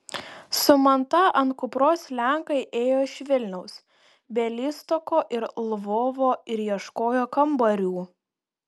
su manta ant kupros lenkai ėjo iš vilniaus bialystoko ir lvovo ir ieškojo kambarių